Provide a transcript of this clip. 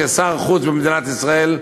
כשר החוץ במדינת ישראל,